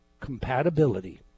compatibility